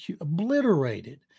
obliterated